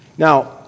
Now